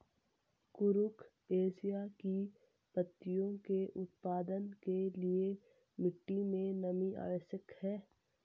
कुरुख एशिया की पत्तियों के उत्पादन के लिए मिट्टी मे नमी आवश्यक है